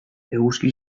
eguzki